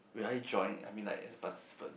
will I join I mean like participant